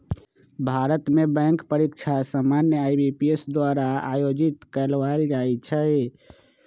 भारत में बैंक परीकछा सामान्य आई.बी.पी.एस द्वारा आयोजित करवायल जाइ छइ